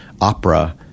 opera